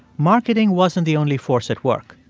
marketing wasn't the only force at work.